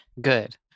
Good